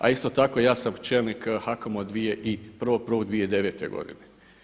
A isto tako ja sam čelnik HAKOM-a od 1.1.2009. godine.